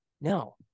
no